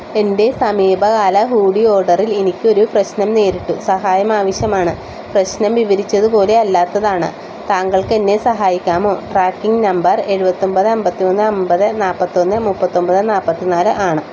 എൻ്റെ സമീപകാല ഹൂഡി ഓർഡറിൽ എനിക്കൊരു പ്രശ്നം നേരിട്ടു സഹായം ആവശ്യമാണ് പ്രശ്നം വിവരിച്ചതുപോലെ അല്ലാത്തതാണ് താങ്കൾക്കെന്നെ സഹായിക്കാമോ ട്രാക്കിംഗ് നമ്പർ എഴുപത്തൊമ്പത് അൻപത് മൂന്ന് അൻപത് നാൽപത്തൊന്ന് മുപ്പത്തൊൻപത് നാൽപത്തി നാല് ആണ്